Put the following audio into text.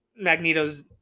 Magneto's